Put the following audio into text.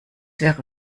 wäre